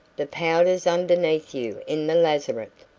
the powder's underneath you in the lazarette!